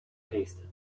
tasted